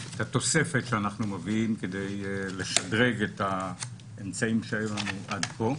את התוספת שאנחנו מביאים כדי לשדרג את האמצעים שהיו עד כה.